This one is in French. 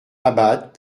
abad